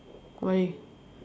why